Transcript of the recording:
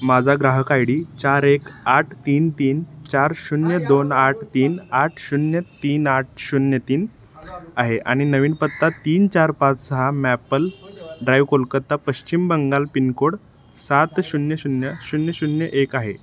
माझा ग्राहक I D चार एक आठ तीन तीन चार शून्य दोन आठ तीन आठ शून्य तीन आठ शून्य तीन आहे आणि नवीन पत्ता तीन चार पाच सहा maple drive Kolkata Paschim Bengal pincode सात शून्य शून्य शून्य शून्य एक आहे